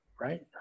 right